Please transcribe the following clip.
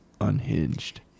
unhinged